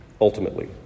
Ultimately